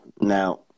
Now